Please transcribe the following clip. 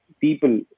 people